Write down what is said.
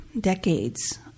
decades